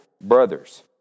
brothers